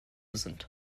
sind